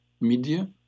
media